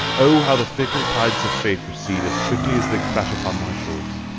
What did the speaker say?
oh, how the fickle tides of fate recede as quickly as they crash upon my shores.